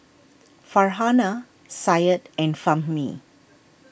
Farhanah Syed and Fahmi